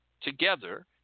together